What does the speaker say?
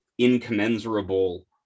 incommensurable